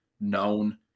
known